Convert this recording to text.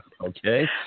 Okay